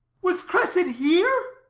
was cressid here?